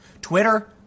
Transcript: Twitter